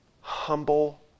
humble